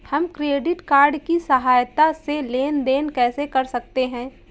हम credit card की सहायता से लेन देन कैसे कर सकते हैं?